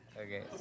Okay